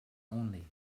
only